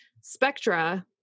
Spectra